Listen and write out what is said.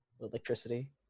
Electricity